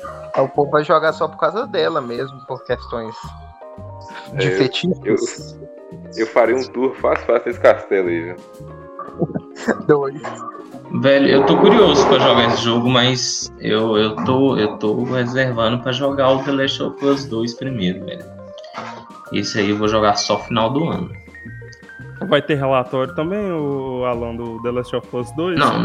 O povo vai jogar só por causa dela mesmo, por questões de É, eu- fetiches. eu- eu faria um tour fácil, fácil esse castelo aí, viu? Dois. Velho, eu tô curioso pra jogar esse jogo, mas eu- eu tô- eu tô reservando pra jogar o The Last of Us 2 primeiro, velho. Esse aí eu vou jogar só final do ano. Vai ter relatório também, o Alan, do The Last of Us 2? Não,